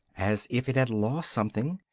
as if it had lost something,